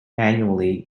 annually